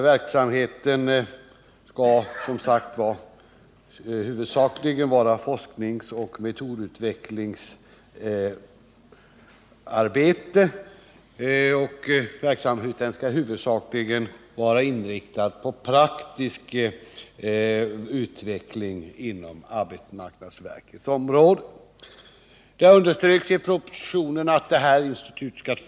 Verksamheten skall huvudsakligen bestå av forskningsoch metodutvecklingsarbete, och den skall till väsentlig del vara inriktad på praktisk utveckling inom arbetsmarknadsverkets område. Det understryks i propositionen att institutet skall.